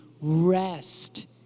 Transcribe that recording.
rest